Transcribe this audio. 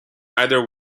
either